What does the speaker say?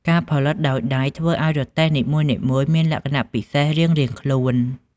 ការផលិតដោយដៃធ្វើឱ្យរទេះនីមួយៗមានលក្ខណៈពិសេសរៀងៗខ្លួន។